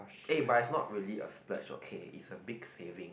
eh but it's not really a splurge okay it's a big saving